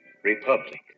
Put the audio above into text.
Republic